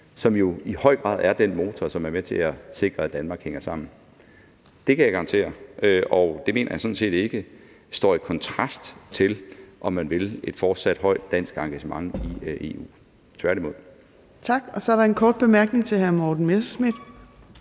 som jo i høj grad er den motor, som er med til at sikre, at Danmark hænger sammen. Det kan jeg garantere. Og det mener jeg sådan set ikke står i kontrast til, at man vil have et fortsat stort dansk engagement i EU – tværtimod. Kl. 14:56 Fjerde næstformand (Trine Torp): Tak, og så er der en kort bemærkning til hr. Morten Messerschmidt.